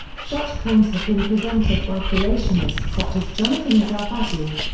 such claims have been presented by creationists such as jonathan sarfati.